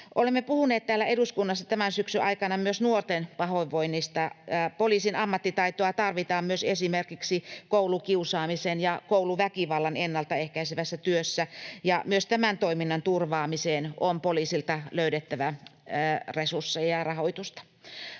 Olemme puhuneet täällä eduskunnassa tämän syksyn aikana myös nuorten pahoinvoinnista. Poliisin ammattitaitoa tarvitaan myös esimerkiksi koulukiusaamista ja kouluväkivaltaa ennaltaehkäisevässä työssä, ja myös tämän toiminnan turvaamiseen on poliisilta löydyttävä resursseja ja rahoitusta.